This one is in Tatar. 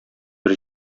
бер